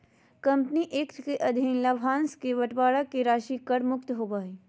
company act के अधीन लाभांश के बंटवारा के राशि कर मुक्त होबो हइ